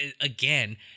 again